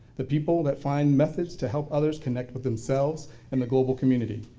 the people that find methods to help others connect with themselves and the global community,